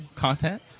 content